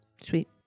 Sweet